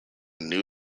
new